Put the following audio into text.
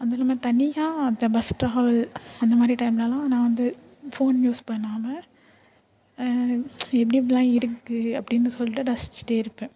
அது இல்லாமல் தனியாக அந்த பஸ் டிராவல் அந்த மாதிரி டைம்லலாம் நான் வந்து போன் யூஸ் பண்ணாமல் எப்படி எப்படியெல்லாம் இருக்குது அப்படின்னு சொல்லிட்டு ரசிச்சிட்டே இருப்பேன்